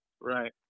Right